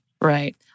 Right